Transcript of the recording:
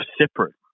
separate